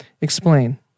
Explain